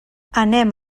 anem